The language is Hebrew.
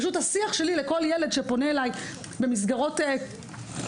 השיח שלי לכל ילד שפונה אליי במסגרות שונות,